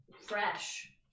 fresh